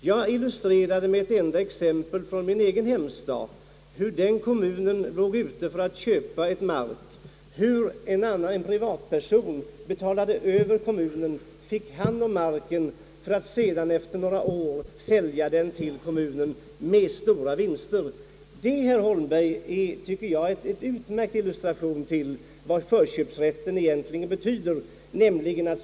Jag illustrerade detta med ett exempel från min egen hemstad, där kommunen låg ute för att köpa mark men en privatperson bjöd över och blev ägare till marken för att sedan, efter några år, sälja den till kommunen med stor vinst. Detta, herr Holmberg, tycker jag är en utmärkt illustration av vad förköpsrätten egentligen betyder.